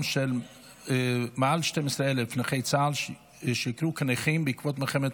של מעל 12,000 נכי צה"ל שיוכרו כנכים בעקבות מלחמת